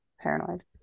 paranoid